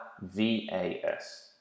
V-A-S